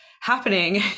happening